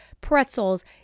pretzels